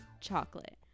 chocolate